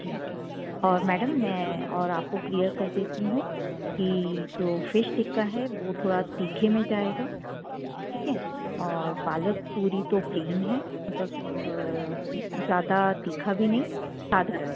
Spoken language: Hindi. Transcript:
ठीक है और मैडम मैं और आपको क्लियर कर देती हूँ कि जो फ़िश टिक्का है वो थोड़ा तीखे में जाएगा ठीक है और पालक पूरी तो प्लेन है मतलब ज़्यादा तीखा भी नहीं साधारण